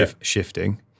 shifting